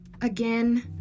Again